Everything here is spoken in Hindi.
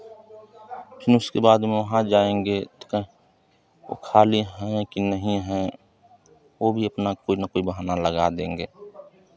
फिर उसके बाद वहाँ जाएँगे तो कहें वो खाली हैं कि नहीं हैं वो भी अपना कोई ना कोई बहाना लगा देंगे